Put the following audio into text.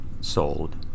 sold